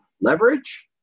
leverage